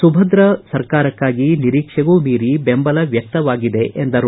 ಸುಭದ್ರ ಸರ್ಕಾರಕ್ಕಾಗಿ ಬಿಜೆಪಿಗೆ ನಿರೀಕ್ಷೆಗೂ ಮೀರಿ ಬೆಂಬಲ ವ್ಯಕ್ತವಾಗಿದೆ ಎಂದರು